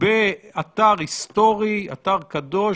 אתר היסטורי מאין כמותו.